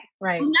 Right